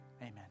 amen